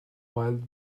wild